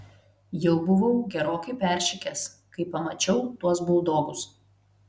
jau buvau gerokai peršikęs kai pamačiau tuos buldogus